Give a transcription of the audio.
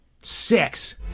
Six